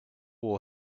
will